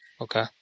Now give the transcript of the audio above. okay